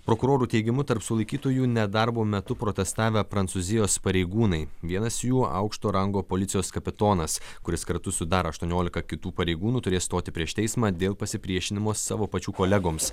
prokurorų teigimu tarp sulaikytųjų nedarbo metu protestavę prancūzijos pareigūnai vienas jų aukšto rango policijos kapitonas kuris kartu su dar aštuoniolika kitų pareigūnų turės stoti prieš teismą dėl pasipriešinimo savo pačių kolegoms